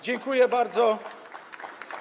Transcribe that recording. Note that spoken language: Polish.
Dziękuję bardzo.